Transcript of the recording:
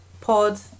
pod